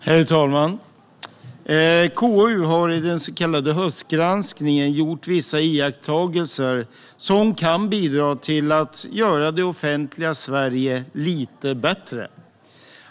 Herr talman! KU har i den så kallade höstgranskningen gjort vissa iakttagelser som kan bidra till att göra det offentliga Sverige lite bättre.